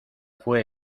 fue